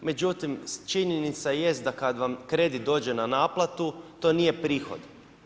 Međutim, činjenica jest da kad vam kredit dođe na naplatu, to nije prihod.